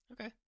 Okay